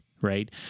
right